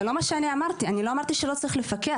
זה לא מה שאני אמרתי אני לא אמרתי שלא צריך לפקח.